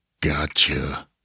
Gotcha